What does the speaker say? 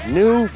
new